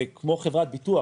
זה כמו חברת ביטוח.